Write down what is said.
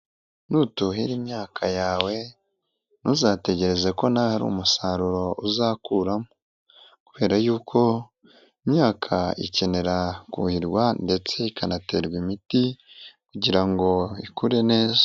Nutuhira imyaka yawe ntuzategereze ko nwe hari umusaruro uzakuramo, kubera yuko imyaka ikenera kuhirwa ndetse ikanaterwa imiti kugira ngo ikure neza.